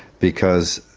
because,